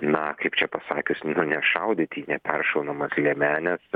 na kaip čia pasakius nu nešaudyti į neperšaunamas liemenes